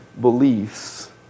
beliefs